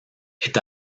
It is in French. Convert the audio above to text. est